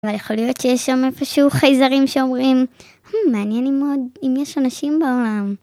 אבל יכול להיות שיש שם איפשהו חייזרים שאומרים מעניין מאוד אם יש אנשים בעולם